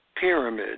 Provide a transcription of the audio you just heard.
pyramid